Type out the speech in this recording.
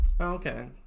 Okay